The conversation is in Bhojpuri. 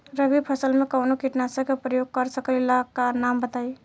रबी फसल में कवनो कीटनाशक के परयोग कर सकी ला नाम बताईं?